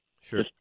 Sure